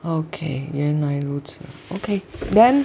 okay 原来如此 okay then